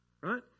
Right